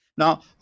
Now